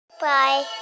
Bye